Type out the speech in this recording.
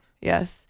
Yes